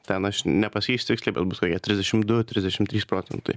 ten aš nepasakysiu tiksliai bet bus kokie trisdešim du trisdešim trys procentai